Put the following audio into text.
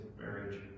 marriage